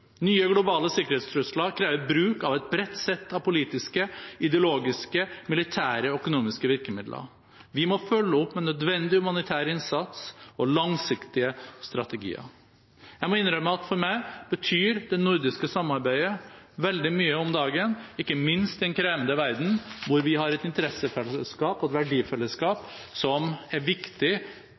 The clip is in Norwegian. Nye globale sikkerhetstrusler krever bruk av et bredt sett av politiske, ideologiske, militære og økonomiske virkemidler. Vi må følge opp med nødvendig humanitær innsats og langsiktige strategier. Jeg må innrømme at for meg betyr det nordiske samarbeidet veldig mye om dagen, ikke minst i en krevende verden hvor vi har et interessefellesskap og et verdifellesskap som er viktig